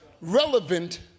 relevant